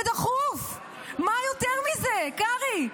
ודחוף, מה יותר מזה, קרעי?